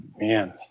man